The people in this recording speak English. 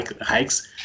hikes